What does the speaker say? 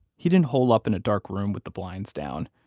he didn't hole up in a dark room with the blinds down.